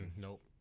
Nope